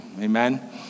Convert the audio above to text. Amen